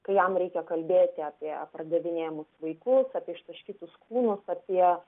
kai jam reikia kalbėti apie pardavinėjamus vaikus apie ištaškytus kūnus apie